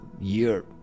year